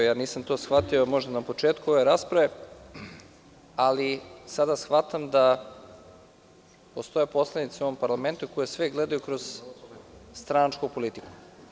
Ja to nisam shvatio možda na početku ove rasprave, ali sada shvatam da postoje poslanici u ovom parlamentu koji sve gledaju kroz stranačku politiku.